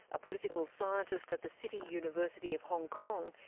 a political scientist at the city university of hong kong,